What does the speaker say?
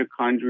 mitochondria